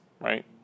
right